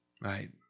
Right